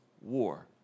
war